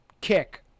kick